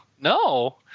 No